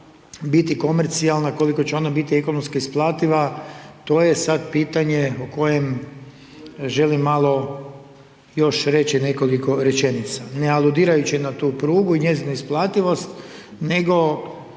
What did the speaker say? biti komercijalna, koliko će ona biti ekonomski isplativa, to je sad pitanje o kojem želim malo još reći nekoliko rečenica, ne aludirajući na tu prugu i njezinu isplativost, nego